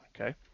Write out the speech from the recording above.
Okay